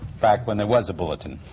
back when there was a bulletin.